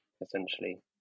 essentially